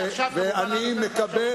עכשיו תוכל,